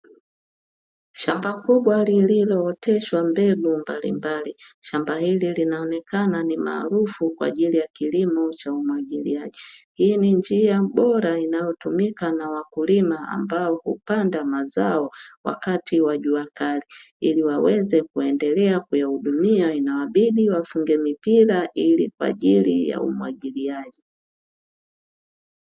Shamba kubwa lililooteshwa mbegu mbalimbali, shamba hili linaonekana ni maarufu kwa ajili ya kilimo cha umwagiliaji. Hii ni njia bora inayotumika na wakulima ambao hupanda mazao wakati wa jua kali, ili waweze kuendelea kuyahudumia inawabidi wafunge mipira kwa ajili ya umwagiliaji.